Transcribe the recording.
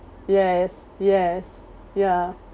yes yes ya